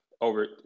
over